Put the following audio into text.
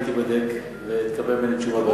והיא תיבדק ותקבל ממני תשובה,